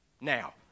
now